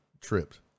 tripped